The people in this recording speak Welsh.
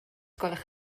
gwelwch